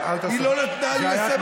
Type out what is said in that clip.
היא לא נתנה לי לסיים את דבריי.